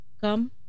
come